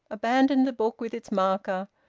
abandoned the book with its marker,